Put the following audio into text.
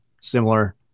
similar